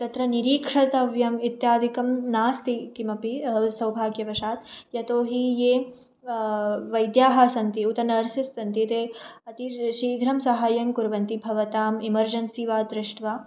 तत्र निरीक्षतव्यम् इत्यादिकं नास्ति किमपि सौभाग्यवशात् यतोऽहि ये वैद्याः सन्ति उत नर्सस् सन्ति ते अतिशीघ्रं सहायं कुर्वन्ति भवताम् एमर्जेन्सि वा दृष्ट्वा